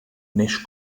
neix